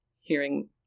hearing